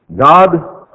God